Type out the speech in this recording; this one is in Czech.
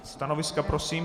Stanoviska prosím?